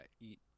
eat